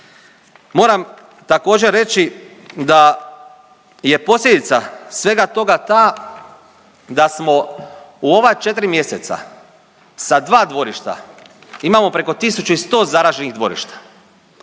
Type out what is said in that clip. Moram također reći da je posljedica svega toga ta da smo u ova 4 mjeseca sa 2 dvorišta imamo preko 1100 zaraženih dvorišta,